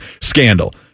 scandal